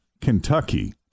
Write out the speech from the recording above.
Kentucky